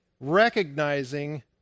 recognizing